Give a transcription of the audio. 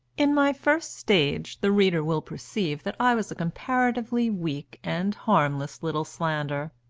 in my first stage the reader will perceive that i was a comparatively weak and harmless little slander,